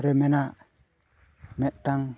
ᱨᱮ ᱢᱮᱱᱟᱜ ᱢᱤᱫᱴᱟᱝ